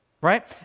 right